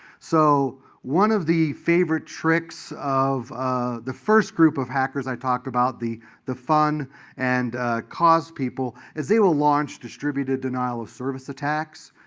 so one of the favorite tricks of ah the first group of hackers i talked about the the fun and cause people is they will launch distributed denial of service attacks.